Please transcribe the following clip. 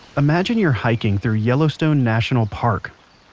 imagine you're hiking through yellowstone national park.